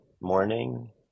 morning